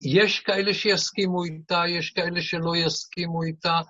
יש כאלה שיסכימו איתה, יש כאלה שלא יסכימו איתה.